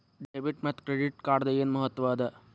Debit ಮತ್ತ credit ಕಾರ್ಡದ್ ಏನ್ ಮಹತ್ವ ಅದ?